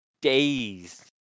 dazed